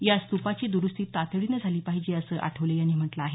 या स्तुपाची द्रुस्ती तातडीनं झाली पाहिजे असं आठवले यांनी म्हटलं आहे